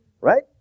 right